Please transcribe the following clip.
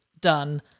done